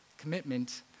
Commitment